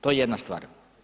To je jedna stvar.